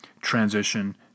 transition